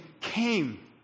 came